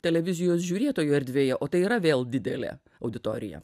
televizijos žiūrėtojų erdvėje o tai yra vėl didelė auditorija